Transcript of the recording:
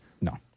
No